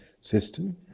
system